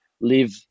live